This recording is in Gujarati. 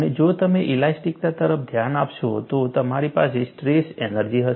અને જો તમે ઇલાસ્ટિકતા તરફ ધ્યાન આપશો તો તમારી પાસે સ્ટ્રેસ એનર્જી હશે